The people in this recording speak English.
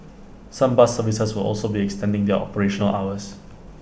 some bus services will also be extending their operational hours